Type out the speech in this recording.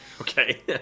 Okay